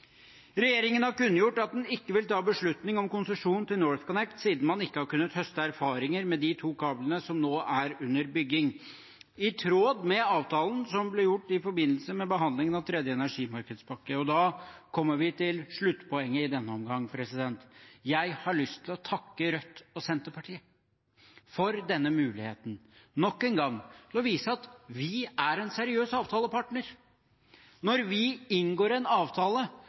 Regjeringen har kunngjort at den ikke vil ta noen beslutning om konsesjon til NorthConnect, siden man ikke har kunnet høste erfaringer med de to kablene som nå er under bygging, i tråd med avtalen som ble gjort i forbindelse med behandlingen av tredje energimarkedspakke. Da kommer vi til sluttpoenget i denne omgang: Jeg har lyst til å takke Rødt og Senterpartiet for denne muligheten til nok en gang å vise at vi er en seriøs avtalepartner. Når vi inngår en avtale,